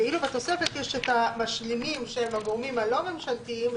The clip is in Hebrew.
ואילו בתוספת יש את המשלימים שהם הגורמים הלא ממשלתיים,